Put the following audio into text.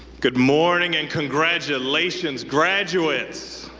good morning, and congratulations, graduates!